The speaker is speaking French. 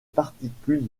particules